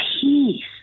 peace